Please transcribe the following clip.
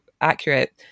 accurate